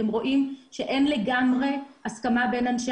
ואתם רואים שאין לגמרי הסכמה בין אנשי